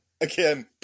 Again